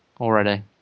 already